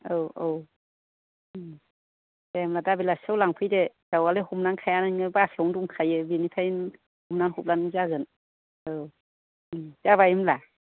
औ औ दे होनबा दा बेलासिआव लांफैदो दावालाय हमनांखाया नोङो बाख्रिआवनो दंखायो बिनिफ्रायनो हमना हरब्लानो जागोन औ जाबाय होनब्ला